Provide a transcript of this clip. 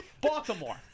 Baltimore